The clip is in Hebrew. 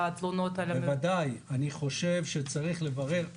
אני חייבת קודם כל לסיים,